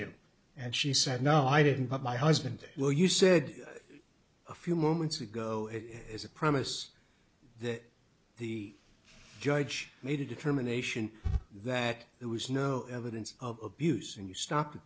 you and she said no i didn't but my husband well you said a few moments ago it is a promise that the judge made a determination that there was no evidence of abuse and you stopped